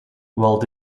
walt